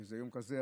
וזה יום כזה,